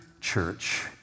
church